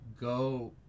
Go